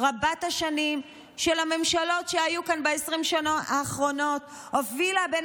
רבת-השנים של הממשלות שהיו כאן ב-20 השנים האחרונות הובילה בין